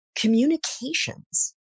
communications